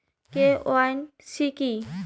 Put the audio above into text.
KYC কি?